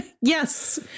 Yes